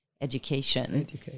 education